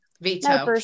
veto